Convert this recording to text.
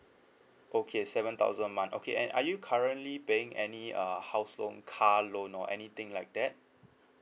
okay seven thousand a month okay and are you currently paying any uh house loan car loan or anything like that